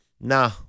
nah